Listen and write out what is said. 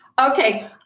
Okay